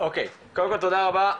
קודם כל, תודה רבה.